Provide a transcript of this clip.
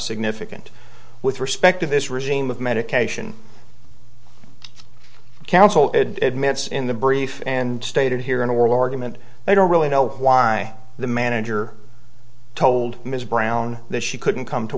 significant with respect to this regime of medication counsel admits in the brief and stated here in a whirl argument i don't really know why the manager told ms brown that she couldn't come to